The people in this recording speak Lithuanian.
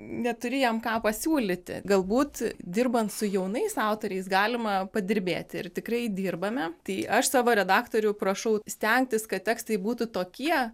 neturi jam ką pasiūlyti galbūt dirbant su jaunais autoriais galima padirbėti ir tikrai dirbame tai aš savo redaktorių prašau stengtis kad tekstai būtų tokie